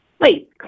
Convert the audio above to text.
Wait